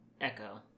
Echo